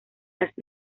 las